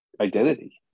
identity